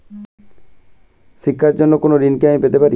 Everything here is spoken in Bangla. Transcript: শিক্ষার জন্য কোনো ঋণ কি আমি পেতে পারি?